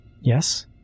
Yes